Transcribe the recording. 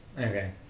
Okay